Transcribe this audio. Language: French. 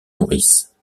maurice